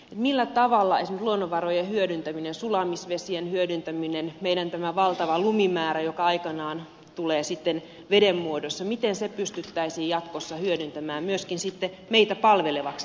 millä tavalla esimerkiksi luonnonvarojen hyödyntäminen sulamisvesien hyödyntäminen tämä valtava lumimäärä joka aikanaan tulee sitten veden muodossa pystyttäisiin jatkossa hyödyntämään myöskin meitä palvelevaksi